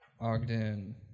Ogden